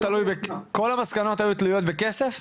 כל המסקנות האלה תלויות בכסף?